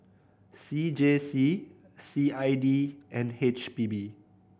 C J C C I D and H P B